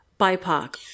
BIPOC